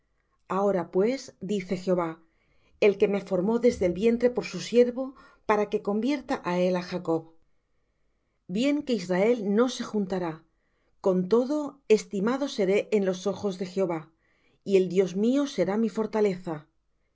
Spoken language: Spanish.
ahora pues dice jehová el que me formó desde el vientre por su siervo para que convierta á él á jacob bien que israel no se juntará con todo estimado seré en los ojos de jehová y el dios mío será mi fortaleza